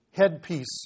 headpiece